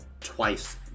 twice